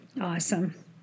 Awesome